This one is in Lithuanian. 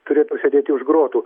turėtų sėdėti už grotų